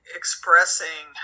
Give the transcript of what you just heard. expressing